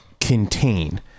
contain